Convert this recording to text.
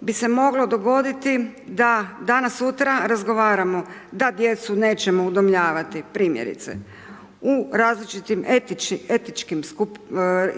bi se moglo dogoditi da danas-sutra razgovaramo da djecu nećemo udomljavati, primjerice, u različitim etičkim skupinama,